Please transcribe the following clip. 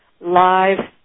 live